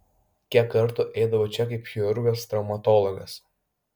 kiek kartų eidavau čia kaip chirurgas traumatologas